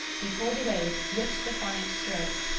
he pulled away with swift defiant strokes,